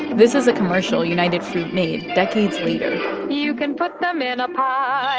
this is a commercial united fruit made decades later you can put them in a pie